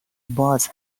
باز